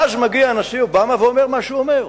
ואז מגיע הנשיא אובמה ואומר מה שהוא אומר,